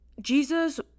Jesus